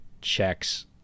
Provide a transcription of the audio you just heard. checks